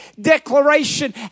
declaration